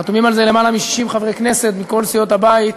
חתומים על זה למעלה מ-60 חברי כנסת מכל סיעות הבית,